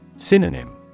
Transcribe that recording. Synonym